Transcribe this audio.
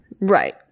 Right